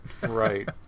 Right